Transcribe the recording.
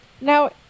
Now